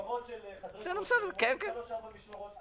משמרות של חדרי כושר, הם עושים שלוש-ארבע משמרות.